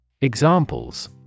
Examples